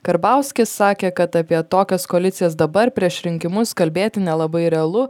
karbauskis sakė kad apie tokias koalicijas dabar prieš rinkimus kalbėti nelabai realu